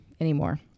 anymore